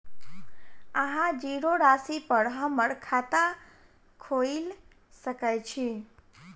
अहाँ जीरो राशि पर हम्मर खाता खोइल सकै छी?